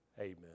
Amen